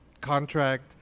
contract